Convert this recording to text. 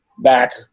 back